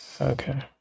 Okay